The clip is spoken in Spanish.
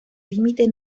límite